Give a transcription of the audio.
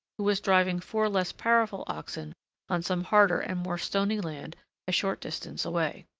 who was driving four less powerful oxen on some harder and more stony land a short distance away.